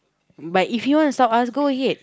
but if you want to stop us go ahead